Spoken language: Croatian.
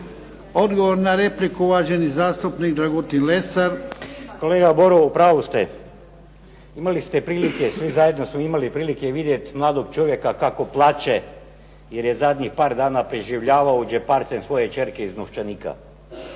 Odgovor na repliku, uvaženi zastupnik Dragutin Lesar. **Lesar, Dragutin (Nezavisni)** Kolega Boro, u pravu ste. Imali ste prilike, svi zajedno smo imali prilike i vidjeti mladog čovjeka kako plače jer je zadnjih par dana preživljavao od džeparca svoje kćerke iz novčanika.